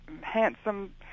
handsome